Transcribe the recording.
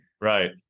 right